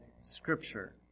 Scripture